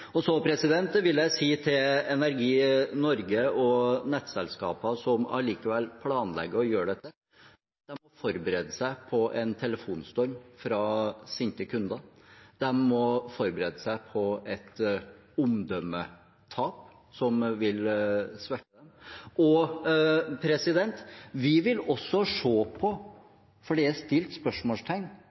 Til Energi Norge og nettselskaper som likevel planlegger å gjøre dette: De må forberede seg på en telefonstorm fra sinte kunder. De må forberede seg på et omdømmetap som vil svekke dem. Vi vil også se på – for det har blitt satt spørsmålstegn